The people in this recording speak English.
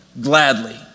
gladly